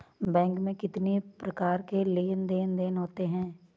Bank में कितनी प्रकार के लेन देन देन होते हैं?